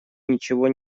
ничего